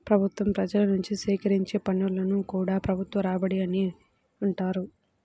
ప్రభుత్వం ప్రజల నుంచి సేకరించే పన్నులను కూడా ప్రభుత్వ రాబడి అనే అంటారు